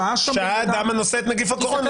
שהה אדם הנושא את נגיף הקורונה.